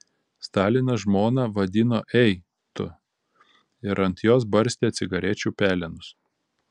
stalinas žmoną vadino ei tu ir ant jos barstė cigarečių pelenus